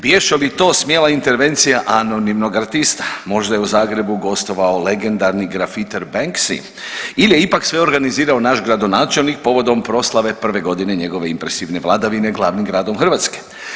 Bješe li to smjela intervencija anonimnog artista, možda je u Zagrebu gostovao legendarni grafiter Banksy ili je ipak sve organizirao naš gradonačelnik povodom proslave prve godine njegove impresivne vladavine glavnim gradom Hrvatske.